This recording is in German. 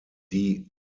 die